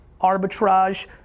arbitrage